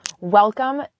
Welcome